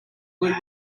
blue